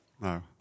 No